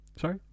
Sorry